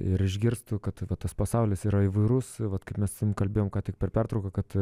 ir išgirstą kad va tas pasaulis yra įvairus vat kaip mes su tavim kalbėjom ką tik per pertrauką kad